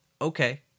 Okay